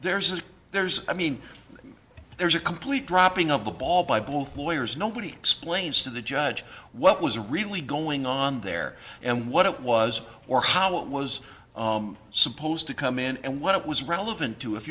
there's a there's i mean there's a complete dropping of the ball by both lawyers nobody explains to the judge what was really going on there and what it was or how it was supposed to come in and what it was relevant to if